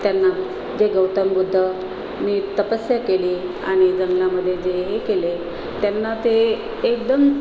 त्यांना जे गौतम बुद्धांनी तपस्या केली आणि जंगलामध्ये जे हे केले त्यांना ते एकदम